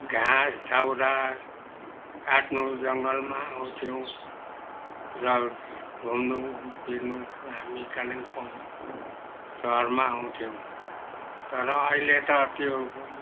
घाँस दाउरा काट्नु जङ्गलमा आउँथ्यौँ र घुम्नु दिनु हामी कालिम्पोङ सहरमा आउँथ्यौँ तर अहिले त त्यो